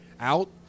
out